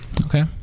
Okay